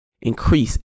increase